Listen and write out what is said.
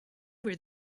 were